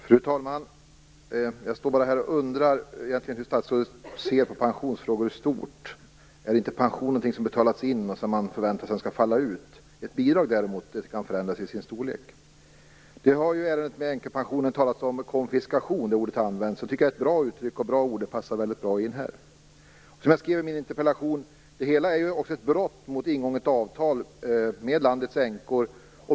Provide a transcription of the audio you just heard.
Fru talman! Jag står här och undrar hur statsrådet ser på pensionsfrågor i stort. Är inte pension någonting som betalas in och som man förväntar sig skall falla ut? Ett bidrag kan däremot förändras till sin storlek. Det har i ärendet angående änkepensioner talats om konfiskation. Det ordet har använts. Det tycker jag är ett bra uttryck. Det ordet passar väldigt bra in här. Som jag skrev i min interpellation är det hela också ett brott mot ingånget avtal med landets änkor.